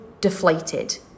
deflated